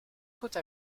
côte